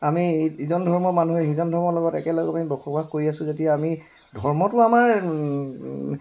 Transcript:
আমি ইজন ধৰ্মৰ মানুহে সিজন ধৰ্মৰ লগত একেলগে আমি বসবাস কৰি আছোঁ যেতিয়া আমি ধৰ্মটো আমাৰ